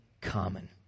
common